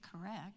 correct